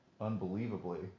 unbelievably